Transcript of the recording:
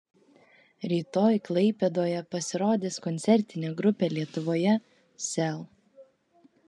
rytoj klaipėdoje pasirodys koncertinė grupė lietuvoje sel